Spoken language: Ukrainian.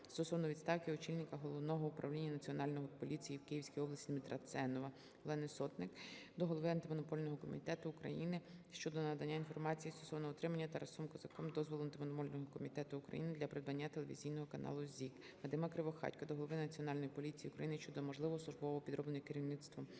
стосовно відставки очільника Головного управління Національної поліції в Київській області Дмитра Ценова. Олени Сотник до голови Антимонопольного комітету України щодо надання інформації стосовно отримання Тарасом Козаком дозволу Антимонопольного комітету України для придбання телевізійного каналу ЗІК. Вадима Кривохатька до голови Національної поліції України щодо можливого службового підроблення керівництвом